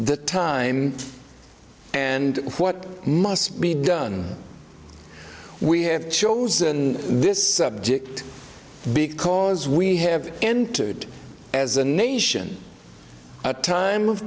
the time and what must be done we have chosen this subject because we have entered as a nation a time of